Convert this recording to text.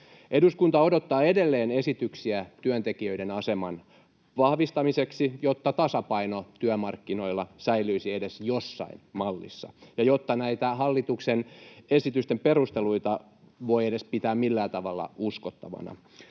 Eduskunta odottaa edelleen esityksiä työntekijöiden aseman vahvistamiseksi, jotta tasapaino työmarkkinoilla säilyisi edes jossain mallissa ja jotta näitä hallituksen esitysten perusteluita voi pitää edes millään tavalla uskottavina.